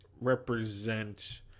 represent